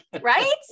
Right